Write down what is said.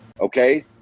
okay